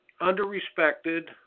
under-respected